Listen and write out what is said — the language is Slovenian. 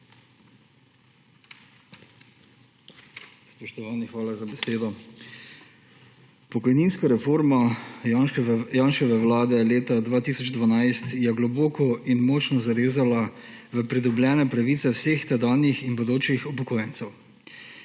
Spoštovani, hvala za besedo. Pokojninska reforma Janševe vlade leta 2012 je globoko in močno zarezala v pridobljene pravice vseh tedanjih in bodočih upokojencev.